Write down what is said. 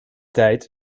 tijd